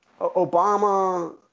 Obama